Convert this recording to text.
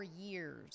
years